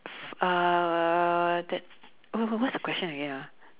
~s uh that's wha~ wha~ what's the question again ah